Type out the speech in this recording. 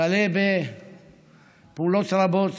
וכלה בפעולות רבות